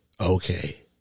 okay